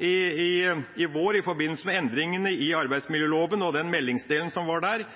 diskusjon – i forbindelse med endringene i arbeidsmiljøloven og meldingsdelen som var der